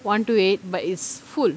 one two eight but it's full